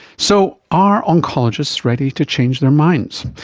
so are oncologists ready to change their minds?